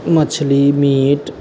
मछली मीट